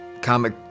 comic